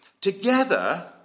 together